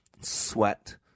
sweat